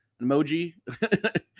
emoji